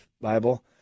Bible